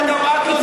את יודעת את